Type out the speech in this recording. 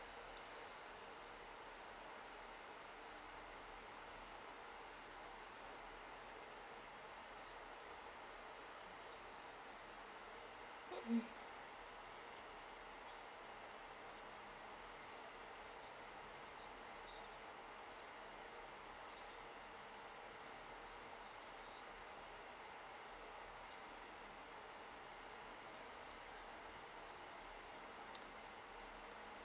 mm